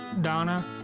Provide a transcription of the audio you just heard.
Donna